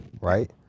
right